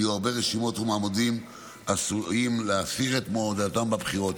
היו הרבה רשימות ומועמדים עשויים להסיר את מועמדותם בבחירות.